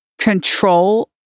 control